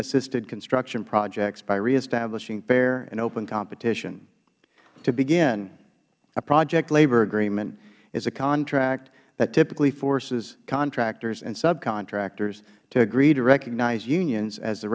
assisted construction projects by reestablishing fair and open competition to begin a project labor agreement is a contract that typically forces contractors and subcontractors to agree to recognize unions as the